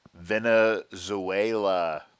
Venezuela